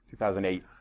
2008